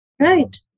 right